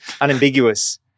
Unambiguous